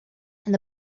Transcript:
and